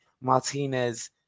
Martinez